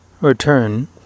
return